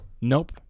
Nope